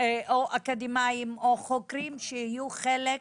או אקדמאים או חוקרים שיהיו חלק,